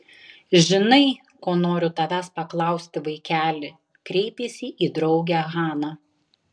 žinai ko noriu tavęs paklausti vaikeli kreipėsi į draugę hana